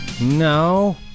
No